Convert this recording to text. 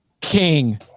king